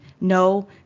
No